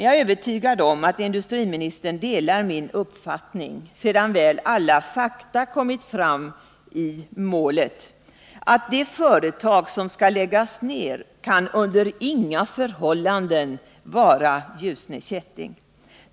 Jag är övertygad om att industriministern — sedan väl alla fakta kommit 151 fram i målet — delar min uppfattning att det företag som skall läggas ner under inga förhållanden kan vara Ljusne Kätting.